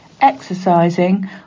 Exercising